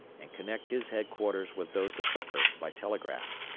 and connect his headquarters with those of hooker by telegraph.